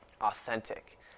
authentic